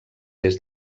des